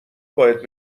باید